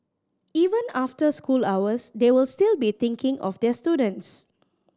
even after school hours they will still be thinking of their students